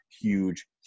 huge